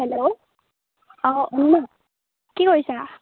hello অঁ কি কৰিছে